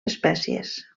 espècies